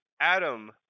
Adam